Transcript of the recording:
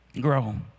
grow